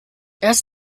erst